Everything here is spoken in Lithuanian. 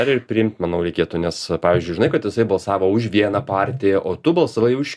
ir priimti manau reikėtų nes pavyzdžiui žinai kad jisai balsavo už vieną partiją o tu balsavai už